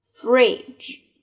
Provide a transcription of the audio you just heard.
fridge